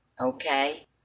Okay